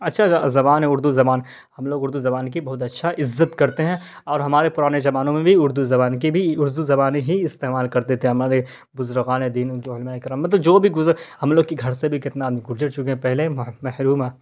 اچھا زبان ہے اردو زبان ہم لوگ اردو زبان کی بہت اچھا عزت کرتے ہیں اور ہمارے پرانے زمانوں میں بھی اردو زبان کی بھی اردو زبان ہی استعمال کرتے تھے ہمارے بزرگان دین جو علمائے کرام مطلب جو بھی گزر ہم لوگ کی گھر سے بھی کتنا آدمی گزر چکے ہیں پہلے محرومہ